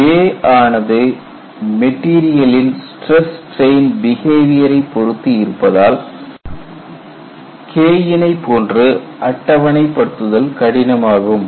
J ஆனது மெட்டீரியலின் stress strain பிஹேவியரை பொறுத்து இருப்பதால் K யினை போன்று அட்டவணை படுத்துதல் கடினமாகும்